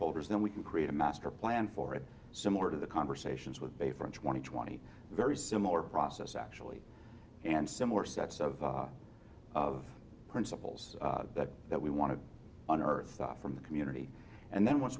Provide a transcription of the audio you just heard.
stakeholders then we can create a master plan for it similar to the conversations with bayfront twenty twenty very similar process actually and similar sets of of principles that we want to unearth stuff from the community and then once